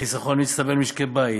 החיסכון למשקי הבית,